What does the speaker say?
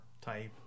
Type